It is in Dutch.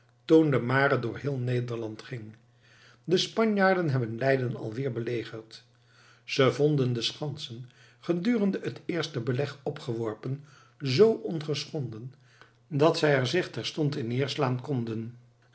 de mare door heel nederland ging de spanjaarden hebben leiden alweer belegerd ze vonden de schansen gedurende het eerste beleg opgeworpen z ongeschonden dat zij er zich terstond in neerslaan konden